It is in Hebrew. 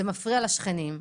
זה מפריע לשכנים,